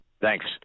Thanks